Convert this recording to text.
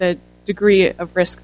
the degree of risk